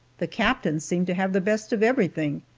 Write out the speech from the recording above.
the captains seem to have the best of everything,